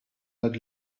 had